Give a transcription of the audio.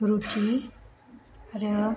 रुथि आरो